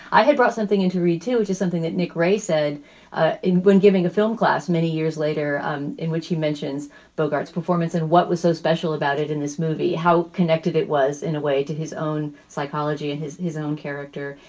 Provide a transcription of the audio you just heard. i had brought something into retail, which is something that nick ray said ah in when giving a film class many years later um in which he mentions bogarts performance. and what was so special about it in this movie, how connected it was in a way to his own psychology, his his own character.